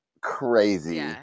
Crazy